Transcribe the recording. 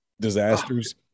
disasters